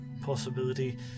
possibility